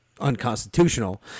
unconstitutional